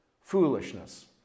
foolishness